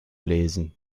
lesen